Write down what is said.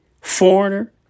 foreigner